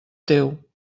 teu